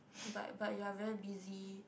but but you are very busy